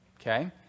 Okay